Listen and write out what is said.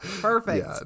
Perfect